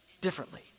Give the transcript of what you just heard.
differently